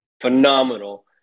phenomenal